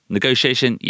Negotiation